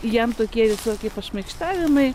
jam tokie visokie pašmaikštavimai